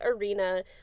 arena